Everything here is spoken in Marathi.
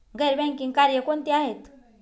गैर बँकिंग कार्य कोणती आहेत?